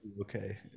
okay